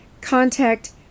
contact